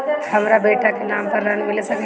हमरा बेटा के नाम पर ऋण मिल सकेला?